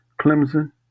Clemson